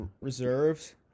reserves